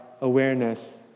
awareness